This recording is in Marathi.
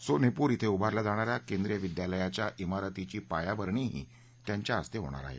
सोनेपूर क्विं उभारल्या जाणा या केंद्रिय विद्यालयाच्या मिरतीची पायाभरणीही त्यांच्या इस्ते होणार आहे